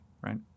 right